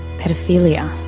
paedophilia,